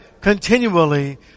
continually